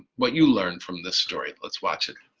what you learned from this story. let's watch it.